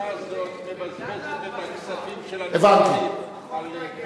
מבזבזת את הכספים של הניצולים על,